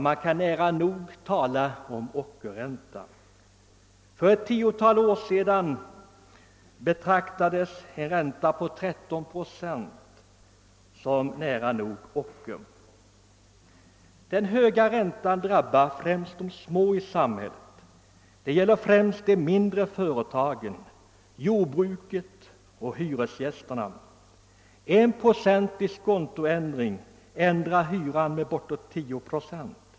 Man kan nära nog tala om ockerränta. För ett tiotal år sedan betraktades i varje fall en ränta på 13 procent som en ockerränta. Den höga räntan drabbar främst de små i samhället, de mindre företagen, jordbruket och hyresgästerna. 1 procents diskontoändring ändrar hyran med närmare 10 procent.